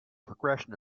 progression